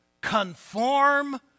conform